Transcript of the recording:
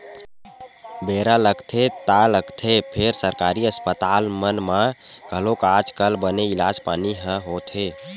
बेरा लगथे ता लगथे फेर सरकारी अस्पताल मन म घलोक आज कल बने इलाज पानी ह होथे